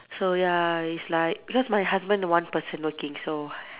so ya it's like because my husband one person working so